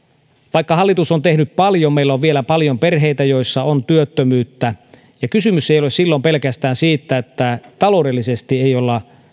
vaikka hallitus on tehnyt paljon meillä on vielä paljon perheitä joissa on työttömyyttä kysymys ei ole silloin pelkästään siitä että taloudellisesti ei olla